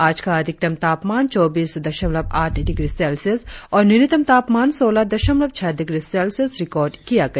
आज का अधिकतम तापमान चौबीस दशमलव आठ डिग्री सेल्सियस और न्यूनतम तापमान सोलह दशमलव छह डिग्री सेल्सियस रिकार्ड किया गया